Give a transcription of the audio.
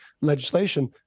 legislation